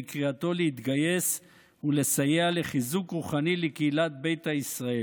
בקריאתו להתגייס ולסייע לחיזוק רוחני לקהילת ביתא ישראל: